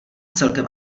celkem